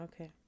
Okay